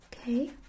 Okay